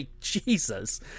Jesus